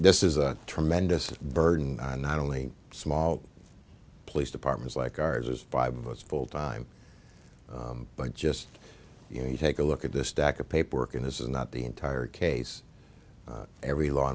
this is a tremendous burden on not only small police departments like ours is by bus full time but just you know you take a look at this stack of paperwork and this is not the entire case every law